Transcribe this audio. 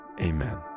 amen